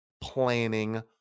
Planning